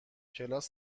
کلاس